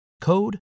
code